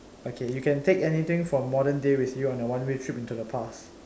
okay you can take anything from modern day with you on a one way trip into the past